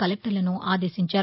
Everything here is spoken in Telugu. కలెక్టర్లను ఆదేశించారు